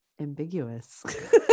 ambiguous